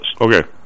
Okay